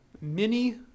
Mini